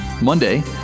Monday